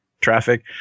traffic